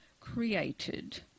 created